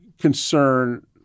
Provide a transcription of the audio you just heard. concern